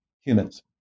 humans